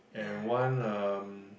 and one uh